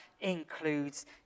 includes